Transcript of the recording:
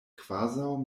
kvazaŭ